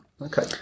Okay